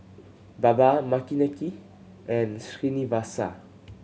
Baba Makineni and Srinivasa